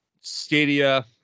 stadia